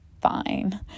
fine